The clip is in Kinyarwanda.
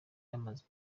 yamaze